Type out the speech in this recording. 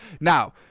Now